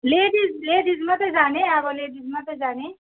ladies ladies मात्रै जाने अब लेडिजमात्रै जाने